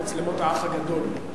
מצלמות האח הגדול.